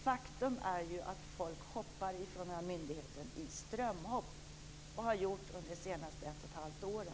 Faktum är ju att folk hoppar från den här myndigheten i strömhopp. Det har de gjort de senaste ett och ett halvt åren.